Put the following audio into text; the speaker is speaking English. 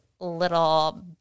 little